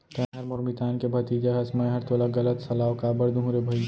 तैंहर मोर मितान के भतीजा हस मैंहर तोला गलत सलाव काबर दुहूँ रे भई